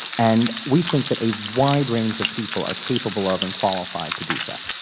and we think that a wide range of people are capable of and qualify to do so.